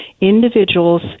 individuals